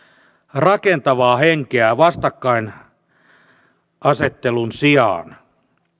rakentavaa henkeä vastakkainasettelun sijaan